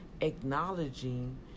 acknowledging